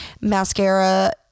mascara